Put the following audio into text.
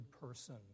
person